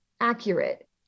accurate